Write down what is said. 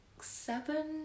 seven